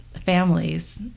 families